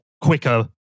quicker